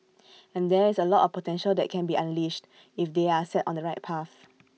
and there is A lot of potential that can be unleashed if they are set on the right path